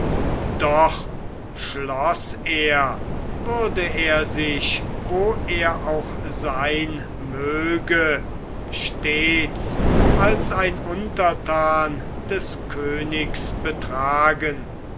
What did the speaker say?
doch schloß er würde er sich wo er auch sein möge stets als ein unterthan des königs betragen